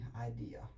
idea